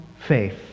faith